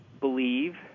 believe